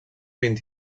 vint